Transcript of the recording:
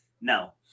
No